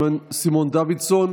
סימון דוידסון,